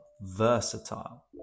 versatile